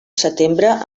setembre